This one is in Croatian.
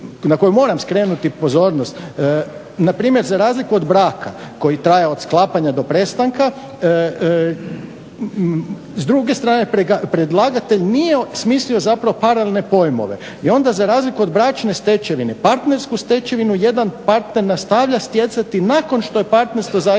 na koju moram skrenuti pozornost, npr. za razliku od braka koji traje od sklapanja do prestanka, s druge strane predlagatelj nije smislio zapravo paralelne pojmove i onda za razliku od bračne stečevine, partnersku stečevinu jedan partner nastavlja stjecati nakon što je partnerstvo zajedništvo